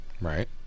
Right